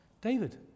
David